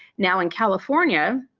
now in california,